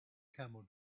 camel